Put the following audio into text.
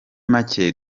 make